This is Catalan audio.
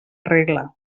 regla